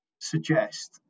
suggest